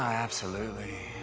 ah absolutely.